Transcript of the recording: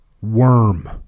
Worm